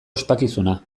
ospakizuna